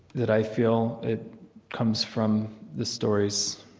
that i feel, it comes from the stories.